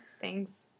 Thanks